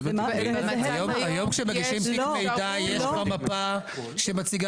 היום כשמגישים תיק מידע יש מפה שמציגה